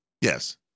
Yes